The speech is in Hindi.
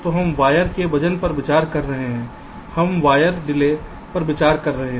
तो हम वायर के वजन पर विचार कर रहे हैं हम वायर डिले पर विचार कर रहे हैं